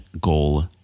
goal